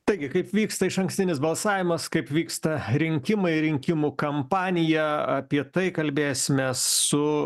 taigi kaip vyksta išankstinis balsavimas kaip vyksta rinkimai rinkimų kampanija apie tai kalbėsimės su